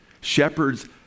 Shepherds